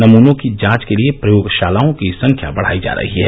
नमूनों की जांच के लिए प्रयोगशालाओं की संख्या बढ़ायी जा रही है